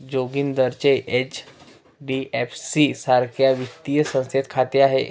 जोगिंदरचे एच.डी.एफ.सी सारख्या वित्तीय संस्थेत खाते आहे